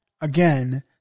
Again